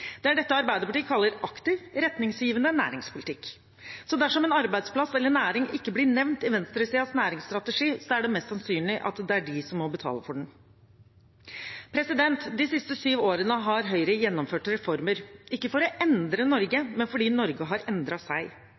dette Arbeiderpartiet kaller aktiv, retningsgivende næringspolitikk. Så dersom en arbeidsplass eller næring ikke blir nevnt i venstresidens næringsstrategi, er det mest sannsynlig at det er de som må betale for den. De siste syv årene har Høyre gjennomført reformer – ikke for å endre Norge, men fordi Norge har endret seg.